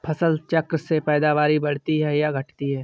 फसल चक्र से पैदावारी बढ़ती है या घटती है?